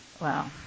Wow